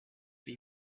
les